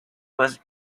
was